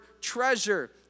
treasure